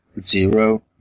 zero